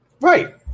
Right